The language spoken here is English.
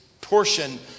portion